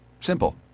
Simple